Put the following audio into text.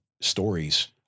stories